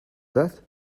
that